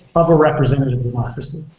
of a representative democracy.